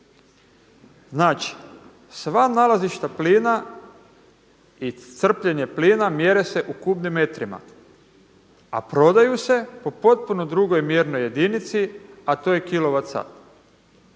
Znači sva nalazišta plina i crpljenje plina mjere se u kubnim metrima a prodaju se po potpuno drugoj mjernoj jedinici a to